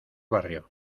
barrio